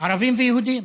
ערבים ויהודים.